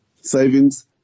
savings